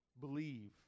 Believe